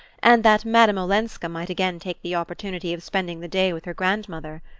and that madame olenska might again take the opportunity of spending the day with her grandmother.